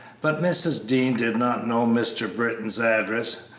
but mrs. dean did not know mr. britton's address,